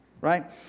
Right